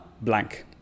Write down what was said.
blank